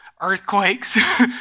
Earthquakes